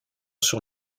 sur